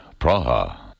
Praha